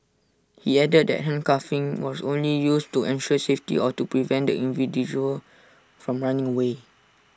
he added that handcuffing was only used to ensure safety or to prevent the from running away